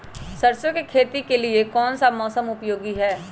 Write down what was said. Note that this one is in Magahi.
सरसो की खेती के लिए कौन सा मौसम उपयोगी है?